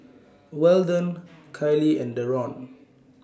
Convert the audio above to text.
Weldon Kiley and Deron